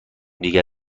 دیگر